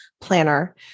planner